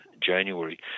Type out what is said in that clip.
January